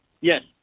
Yes